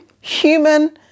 human